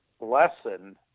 lesson